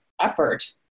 effort